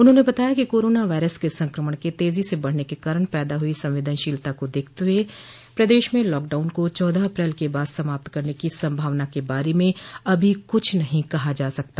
उन्होंने बताया कि कोरोना वायरस के संक्रमण के तेजी से बढ़ने के कारण पैदा हुई संवेदनशीलता को देखते हुए प्रदेश में लॉकडाउन को चौदह अप्रैल के बाद समाप्त करने की संभावना के बारे में अभी कुछ नहीं कहा जा सकता